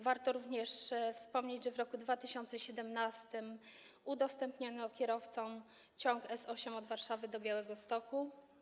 Warto również wspomnieć, że w roku 2017 udostępniono kierowcom ciąg S8 od Warszawy do Białegostoku.